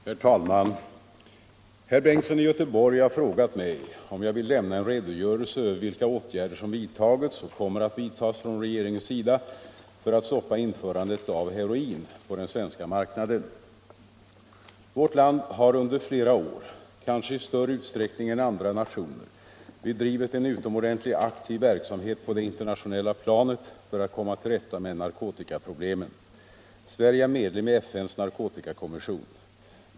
Herr talman! Herr Bengtsson i Göteborg har frågat mig om jag vill lämna en redogörelse för vilka åtgärder som vidtagits och kommer att vidtas från regeringens sida för att stoppa införandet av heroin på den svenska marknaden. Vårt land har under flera år, kanske i större utsträckning än andra nationer, bedrivit en utomordentligt aktiv verksamhet på det internationella planet för att komma till rätta med narkotikaproblemen. Sverige är medlem i FN:s narkotikakommission.